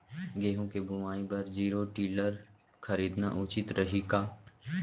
गेहूँ के बुवाई बर जीरो टिलर खरीदना उचित रही का?